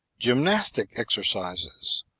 gymnastic exercises,